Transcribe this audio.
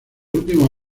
últimos